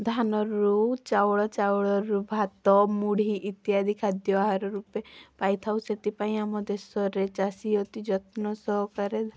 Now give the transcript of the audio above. ଧାନରୁ ଚାଉଳ ଚାଉଳରୁ ଭାତ ମୁଢ଼ି ଇତ୍ୟାଦି ଖାଦ୍ୟ ଆହାର ରୂପେ ପାଇଥାଉ ସେଥିପାଇଁ ଆମ ଦେଶରେ ଚାଷୀ ଅତି ଯତ୍ନ ସହକାରେ